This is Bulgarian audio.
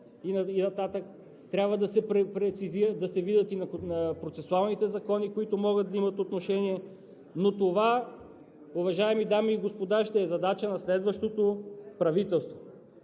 и нататък трябва да се прецизират, да се видят и процесуалните закони, които могат да имат отношение. Но това, уважаеми дами и господа, ще е задача на следващото правителство.